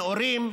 נאורים,